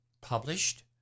published